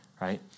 right